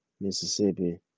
Mississippi